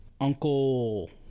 uncle